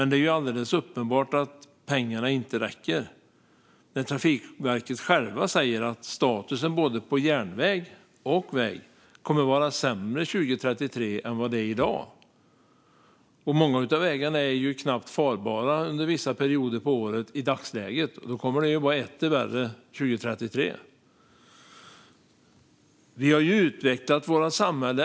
Det är ändå uppenbart att pengarna inte räcker, eftersom Trafikverket själva säger att statusen både på järnväg och på väg kommer att vara sämre 2033 än i dag. Många av vägarna är knappt farbara under vissa perioder på året i dagsläget, och då kommer det att vara etter värre 2033. Vi har utvecklat vårt samhälle.